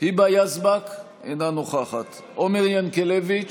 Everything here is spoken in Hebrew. היבה יזבק, אינה נוכחת עומר ינקלביץ'